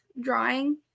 drawing